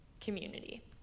community